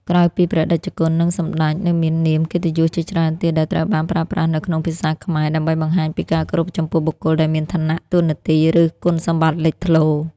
ក្រៅពី ព្រះតេជគុណ និង សម្ដេច នៅមាននាមកិត្តិយសជាច្រើនទៀតដែលត្រូវបានប្រើប្រាស់នៅក្នុងភាសាខ្មែរ ដើម្បីបង្ហាញពីការគោរពចំពោះបុគ្គលដែលមានឋានៈ តួនាទី ឬគុណសម្បត្តិលេចធ្លោ។